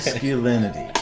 masculinity,